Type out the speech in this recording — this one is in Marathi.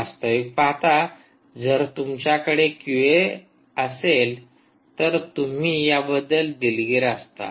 वास्तविक पाहता जर तुमच्याकडे क्यूए असेल तर तुम्ही याबद्दल दिलगीर असता